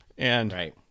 Right